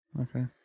Okay